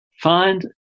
Find